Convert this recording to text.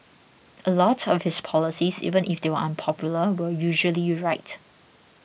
a lot of his policies even if they were unpopular were usually right